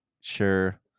sure